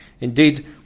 Indeed